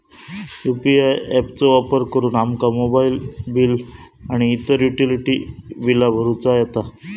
UPI app चो वापर करुन आमका मोबाईल बिल आणि इतर युटिलिटी बिला भरुचा येता